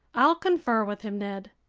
i'll confer with him, ned.